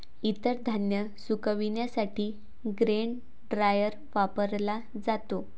इतर धान्य सुकविण्यासाठी ग्रेन ड्रायर वापरला जातो